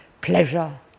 pleasure